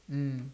mm